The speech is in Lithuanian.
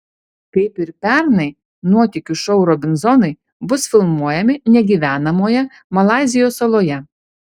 kaip ir pernai nuotykių šou robinzonai bus filmuojami negyvenamoje malaizijos saloje